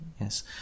Yes